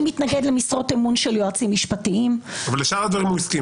מתנגד למשרות אמון של יועצים משפטיים --- לשאר הדברים הוא הסכים.